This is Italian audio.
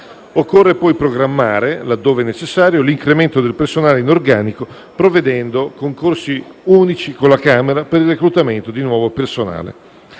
Occorre poi programmare, laddove necessario, l'incremento del personale in organico, prevedendo concorsi unici con la Camera per il reclutamento di nuovo personale.